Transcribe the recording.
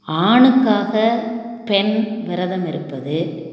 ஆணுக்காக பெண் விரதம் இருப்பது